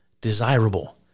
desirable